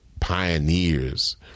pioneers